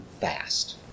fast